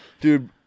Dude